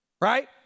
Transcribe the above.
Right